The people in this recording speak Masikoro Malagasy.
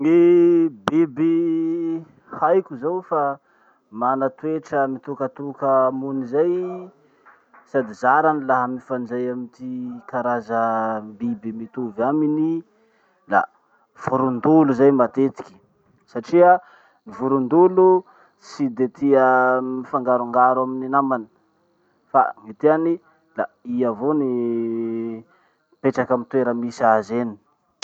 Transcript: Ny biby haiko zao fa mana toetra mitokatoka mony zay, sady zarany laha mifandray amy ty karaza biby mitovy aminy da vorondolo zay matetiky satria vorondolo tsy de tia mifangarongaro amin'ny namany. Fa ny tiany da i avao no mipetraky amy toera misy azy eny.